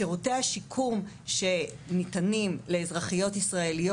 שירותי השיקום שניתנים לאזרחיות ישראליות